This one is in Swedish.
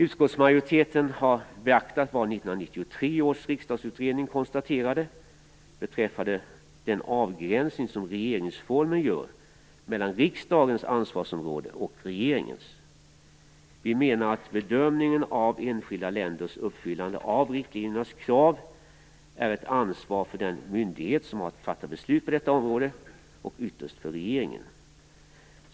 Utskottsmajoriteten har beaktat vad 1993 års riksdagsutredning konstaterade beträffande den avgränsning som regeringsformen gör mellan riksdagens ansvarsområde och regeringens. Vi menar att bedömningen av enskilda länders uppfyllande av riktlinjernas krav är ett ansvar för den myndighet som har att fatta beslut på detta område och ytterst för regeringen.